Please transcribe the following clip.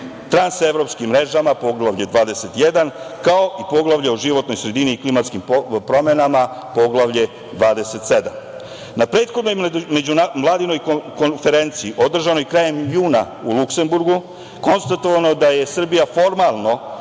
transevropskim mrežama – Poglavlje 21, kao i Poglavlje o životnoj sredini, klimatskim promenama – Poglavlje 27.Na prethodnoj Međuvladinoj konferenciji održanoj krajem juna u Luksemburgu konstatovano je da je Srbija formalno